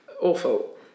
Awful